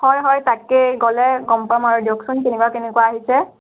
হয় হয় তাকে গ'লে গম পাম আৰু দিয়কচোন কেনেকুৱা কেনেকুৱা আহিছে